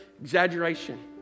exaggeration